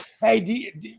Hey